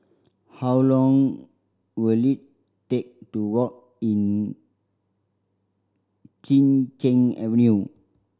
how long will it take to walk in Chin Cheng Avenue